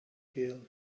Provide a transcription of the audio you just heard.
gale